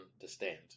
understand